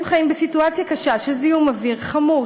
הם חיים בסיטואציה קשה של זיהום אוויר חמור,